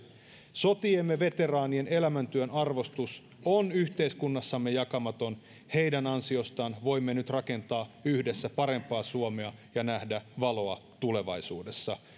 sotiemme veteraanien elämäntyön arvostus on yhteiskunnassamme jakamaton heidän ansiostaan voimme nyt rakentaa yhdessä parempaa suomea ja nähdä valoa tulevaisuudessa